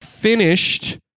Finished